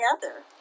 together